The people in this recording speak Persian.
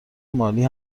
مالی